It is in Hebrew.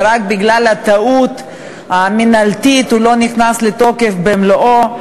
ורק בגלל טעות מינהלתית הוא לא נכנס לתוקף במלואו.